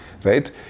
right